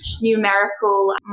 numerical